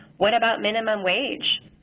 what about minimum wage?